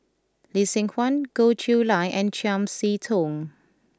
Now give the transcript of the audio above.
Lee Seng Huat Goh Chiew Lye and Chiam See Tong